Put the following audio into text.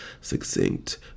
succinct